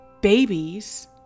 Babies